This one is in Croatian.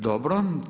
Dobro.